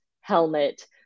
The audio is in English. helmet